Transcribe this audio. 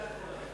החלטה נכונה.